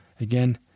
Again